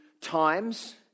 times